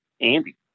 Andy